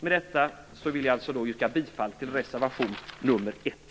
Med detta vill jag yrka bifall till reservation nr 1.